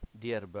Dear